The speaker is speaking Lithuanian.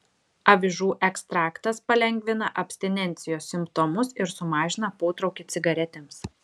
avižų ekstraktas palengvina abstinencijos simptomus ir sumažina potraukį cigaretėms